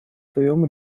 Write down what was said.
своем